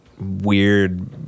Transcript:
weird